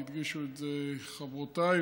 והדגישו את זה חברותיי,